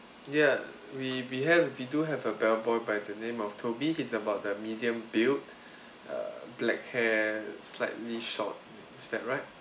ya we we have we do have a bell boy by the name of toby he's about the medium build err black hair slightly short is that right